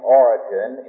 origin